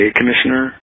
commissioner